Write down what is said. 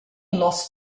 lost